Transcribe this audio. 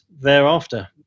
thereafter